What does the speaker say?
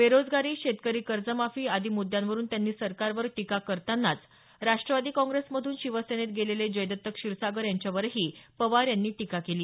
बेरोजगारी शेतकरी कर्जमाफी आदी मुद्यांवरुन त्यांनी सरकारवर टीका करतानाच राष्ट्रवादी काँप्रेसमधून शिवसेनेत गेलेले जयदत्त क्षीरसागर यांच्यावरही पवार यांनी टीका केली